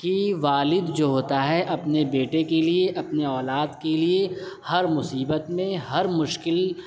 کہ والد جو ہوتا ہے اپنے بیٹے کے لیے اپنے اولاد کے لیے ہر مصیبت میں ہر مشکل